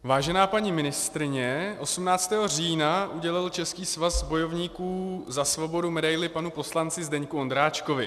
Vážená paní ministryně, 18. října udělil Český svaz bojovníků za svobodu medaili panu poslanci Zdeňku Ondráčkovi.